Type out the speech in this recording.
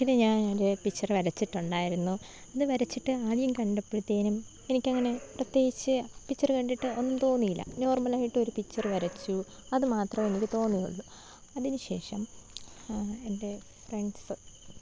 ഒരിക്കൽ ഞാനൊരു പിക്ച്ചർ വരച്ചിട്ടുണ്ടായിരുന്നു അന്ന് വരച്ചിട്ട് ആദ്യം കണ്ടപ്പോഴത്തേനും എനിക്കങ്ങനെ പ്രത്യേകിച്ച് പിക്ച്ചർ കണ്ടിട്ട് ഒന്നും തോന്നിയില്ല നോര്മലായിട്ടൊരു പിക്ച്ചർ വരച്ചു അതു മാത്രമേ എനിക്ക് തോന്നിയുള്ളു അതിനു ശേഷം എന്റെ ഫ്രണ്ട്സ്